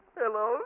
hello